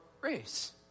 race